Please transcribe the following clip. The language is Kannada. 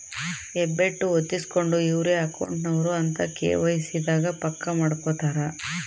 ಹೆಬ್ಬೆಟ್ಟು ಹೊತ್ತಿಸ್ಕೆಂಡು ಇವ್ರೆ ಅಕೌಂಟ್ ನವರು ಅಂತ ಕೆ.ವೈ.ಸಿ ದಾಗ ಪಕ್ಕ ಮಾಡ್ಕೊತರ